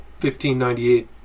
1598